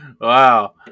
Wow